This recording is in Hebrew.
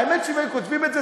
האמת שאם היו כותבים את זה,